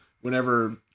whenever